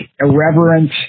irreverent